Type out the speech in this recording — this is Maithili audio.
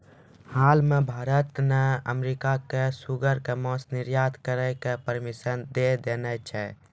हाल मॅ भारत न अमेरिका कॅ सूअर के मांस निर्यात करै के परमिशन दै देने छै